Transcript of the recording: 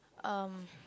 um